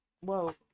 Whoa